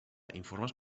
informes